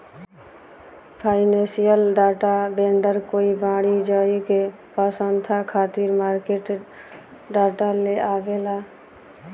financial data vendor कोई वाणिज्यिक पसंस्था खातिर मार्केट डाटा लेआवेला